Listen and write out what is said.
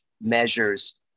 measures